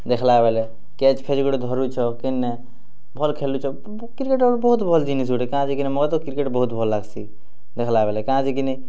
ଦେଖ୍ଲା ବେଲେ କ୍ୟାଚ୍ ଫ୍ୟାଚ୍ ଗୁଟେ ଧରୁଛ କି ନା ଭଲ ଖେଲୁଛ କ୍ରିକେଟ୍ ଗୁଟେ ବହୁତ ଭଲ ଜିନିଷ ଗୁଟେ କାଜେ କିନା ମୋର ତ କ୍ରିକେଟ୍ ବହୁତ ଭଲ ଲାଗ୍ସି ଦେଖ୍ଲା ବେଲେ କାଜେ କିନି